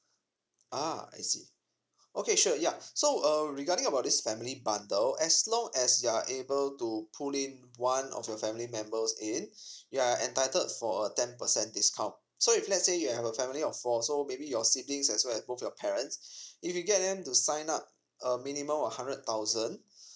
ah I see okay sure ya so uh regarding about this family bundle as long as you are able to pull in one of your family members in you are entitled for a ten percent discount so if let's say you have a family of four so maybe your siblings as well as both your parents if you get them to sign up a minimum of hundred thousand